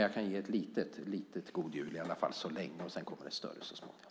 Jag kan i alla fall så länge ge ett litet god jul. Det kommer ett större så småningom!